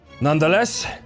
Nonetheless